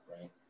right